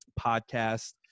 podcast